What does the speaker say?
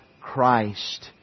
Christ